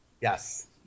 Yes